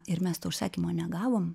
ir mes to užsakymo negavom